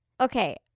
Okay